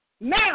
Now